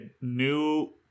new